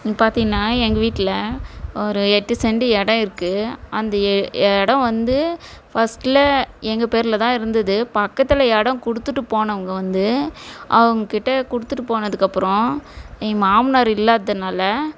இங்கே பார்த்தீங்கன்னா எங்கள் வீட்டில் ஒரு எட்டு செண்டு இடம் இருக்கு அந்த எ இடம் வந்து ஃபர்ஸ்ட்ல எங்கள் பேரில் தான் இருந்தது பக்கத்தில் இடம் கொடுத்துட்டு போனவங்க வந்து அவங்கக்கிட்ட கொடுத்துட்டு போனதுக்கு அப்புறம் எங்கள் மாமனார் இல்லாததுனால